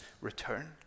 return